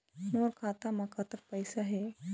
मोर खाता म कतक पैसा हे?